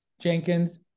Jenkins